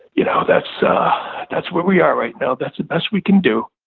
you know, that's ah that's where we are right now. that's the best we can do.